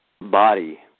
body